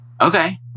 Okay